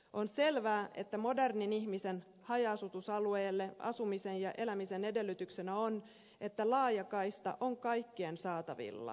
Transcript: on selvää että modernin ihmisen haja asutusalueella asumisen ja elämisen edellytyksenä on että laajakaista on kaikkien saatavilla